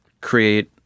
create